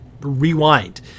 rewind